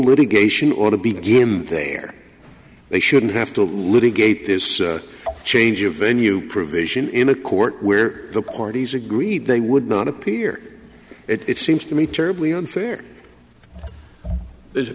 litigation or to begin there they shouldn't have to litigate this change of venue provision in a court where the parties agreed they would not appear it seems to me terribly unfair there's a